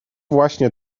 właśnie